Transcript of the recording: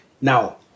now